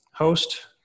host